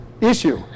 issue